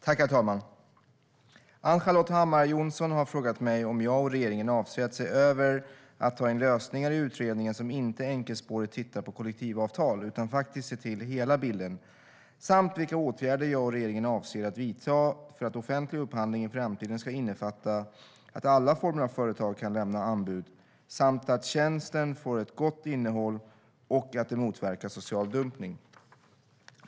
Herr talman! Ann-Charlotte Hammar Johnsson har frågat mig om jag och regeringen avser att se över att ta in lösningar i utredningen som inte enkelspårigt tittar på kollektivavtal utan faktiskt ser till hela bilden. Ann-Charlotte Hammar Johnsson har också frågat vilka åtgärder jag och regeringen avser att vidta för att alla former av företag ska kunna lämna anbud vid offentlig upphandling i framtiden, för att tjänsten ska få ett gott innehåll och för att det ska motverka social dumpning.